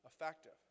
effective